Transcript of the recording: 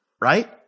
right